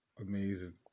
Amazing